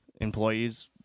employees